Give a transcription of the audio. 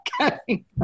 Okay